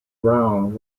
brown